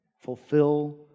Fulfill